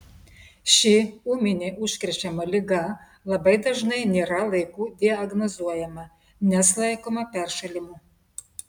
ši ūminė užkrečiama liga labai dažnai nėra laiku diagnozuojama nes laikoma peršalimu